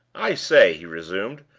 i say, he resumed,